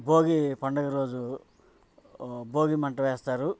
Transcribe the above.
భోగి పండుగ రోజు భోగిమంట వేస్తారు